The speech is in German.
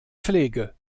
pflege